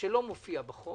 מה שלא מופיע בחוק